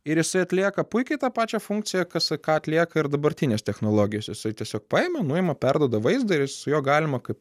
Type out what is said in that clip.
ir jisai atlieka puikiai tą pačią funkciją kas ką atlieka ir dabartinės technologijos jisai tiesiog paimi nuima perduoda vaizdą ir su juo galima kaip